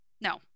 No